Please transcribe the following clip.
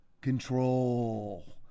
Control